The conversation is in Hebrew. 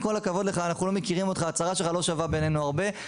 עם כל הכבוד לך אנחנו לא מכירים אותך וההצהרה שלך לא שווה בעינינו הרבה,